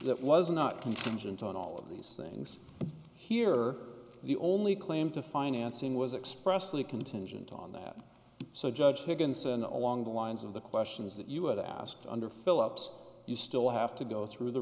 that was not contingent on all of these things here the only claim to financing was expressed in the contingent on that so judge higginson along the lines of the questions that you have asked under philips you still have to go through the